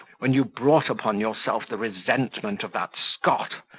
when you brought upon yourself the resentment of that scot,